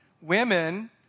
women